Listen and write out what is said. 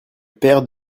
père